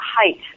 height